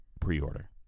pre-order